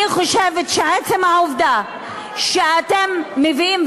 אני חושבת שעצם העובדה שאתם מביאים,